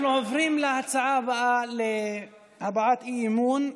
אנחנו עוברים להצעה הבאה להבעת אי-אמון,